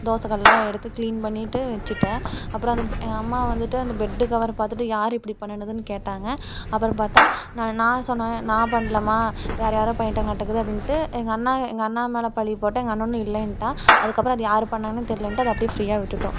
தோசைக்கல்லாம் எடுத்து க்ளீன் பண்ணிட்டு வச்சிட்டேன் அப்புறம் அந்த எங்கள் அம்மா வந்துட்டு அந்த பெட்டு கவர் பார்த்துட்டு யார் இப்படி பண்ணுனதுன்னு கேட்டாங்கள் அப்புறம் பார்த்தா நான் நான் சொன்னேன் நான் பண்ணலம்மா வேற யாரோ பண்ணிட்டாங்கலாற்றுக்குது அப்படின்ட்டு எங்கள் அண்ணா எங்கள் அண்ணா மேலே பழி போட்டேன் எங்கள் அண்ணனும் இல்லைன்ட்டான் அதுக்கப்புறம் அது யார் பண்ணாங்கன்னே தெரியலன்ட்டு அது அப்படியே ஃப்ரீயாக விட்டுட்டோம்